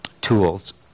tools